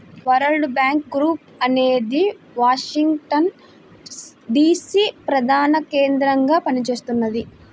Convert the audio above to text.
world bank group అనేది Washington DC ప్రధానకేంద్రంగా పనిచేస్తున్నది